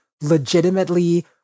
legitimately